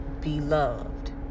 beloved